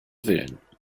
willen